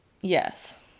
Yes